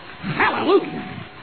Hallelujah